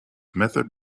method